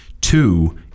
Two